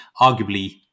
Arguably